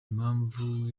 impamvu